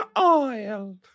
oil